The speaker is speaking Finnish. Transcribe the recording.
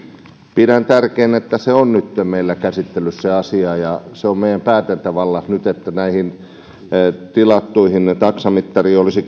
pidän tärkeänä että se asia on nytten meillä käsittelyssä ja se on meidän päätäntävallassamme nyt että tilattuihin olisi